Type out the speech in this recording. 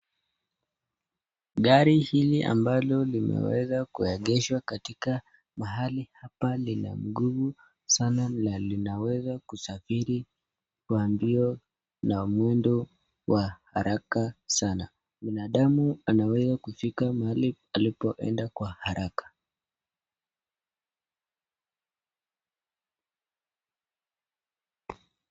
Gari hili ambalo limeweza kuegeshwa katika mahali hapa lina nguvu sana na linaweza kusafiri kwa mbio na mwendo wa haraka sana . Binadamu anaweza kufika mahali alipoenda kwa haraka.